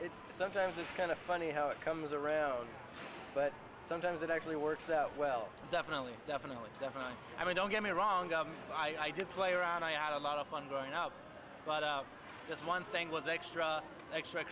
yeah sometimes it's kind of funny how it comes around but sometimes it actually works out well definitely definitely definitely i mean don't get me wrong i did play around i had a lot of fun growing up but just one thing was extra extra